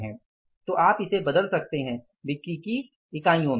तो आप इसे बदल सकते हैं बिक्री को इकाइयों में